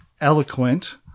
eloquent